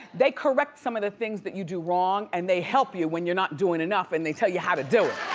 they correct some of the things that you do wrong, and they help you when you're not doing enough, and they tell you how to do